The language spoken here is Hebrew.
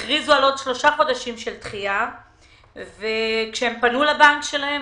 הכריזו על עוד שלושה חודשים של דחייה וכשהם פנו לבנק שלהם,